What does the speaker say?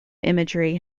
imagery